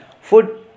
food